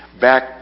back